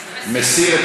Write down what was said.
מסיר.